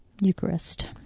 Eucharist